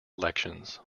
elections